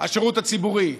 השירות הציבורי,